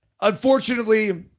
unfortunately